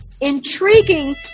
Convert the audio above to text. intriguing